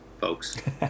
folks